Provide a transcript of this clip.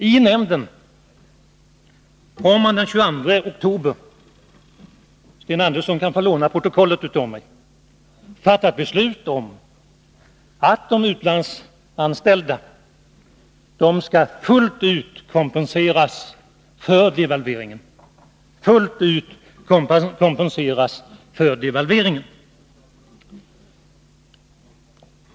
I nämnden har man den 22 oktober — Sten Andersson kan få låna protokollet av mig — fattat beslut om att de utlandsanställda fullt ut skall kompenseras för devalveringen.